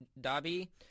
Dobby